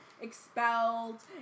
expelled